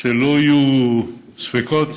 שלא יהיו ספקות: